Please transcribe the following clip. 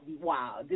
wow